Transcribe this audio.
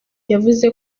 yavuze